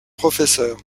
professeur